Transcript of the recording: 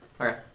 Okay